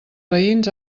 veïns